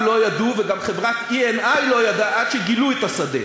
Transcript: לא ידעו וגם חברת Eni לא ידעה עד שגילו את השדה.